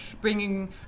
bringing